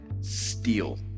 steel